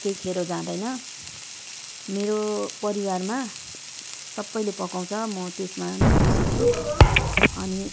केही खेरो जाँदैन मेरो परिवारमा सबैले पकाउँछ म त्यसमा नै खुसी छु अनि